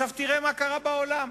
תראה מה קרה בעולם.